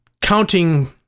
counting